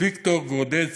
ויקטור גרודסקי,